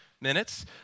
minutes